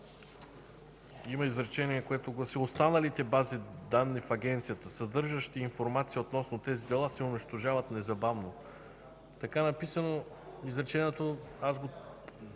има изречение, което гласи: